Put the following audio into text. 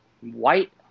white